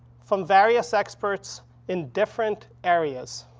from various experts in different areas.